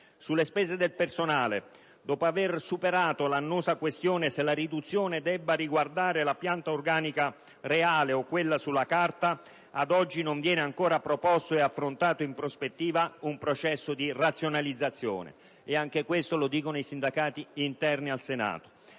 sulle spese del personale, dopo avere superato l'annosa questione se la riduzione debba riguardare la pianta organica reale o quella sulla carta, ad oggi non viene ancora proposto ed affrontato in prospettiva un processo di razionalizzazione. Anche questo lo affermano i sindacati interni al Senato.